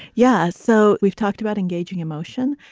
yeah. so we've talked about engaging emotion.